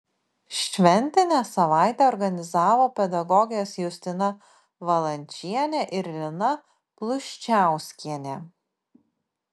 šventinę savaitę organizavo pedagogės justina valančienė ir lina pluščiauskienė